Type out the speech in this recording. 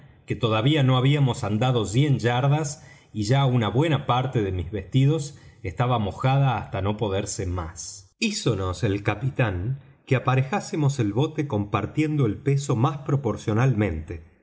que todavía no habíamos andado cien yardas y ya una buena parte de mis vestidos estaba mojada hasta no poderse más hízonos el capitán que aparejásemos el bote compartiendo el peso más proporcionalmente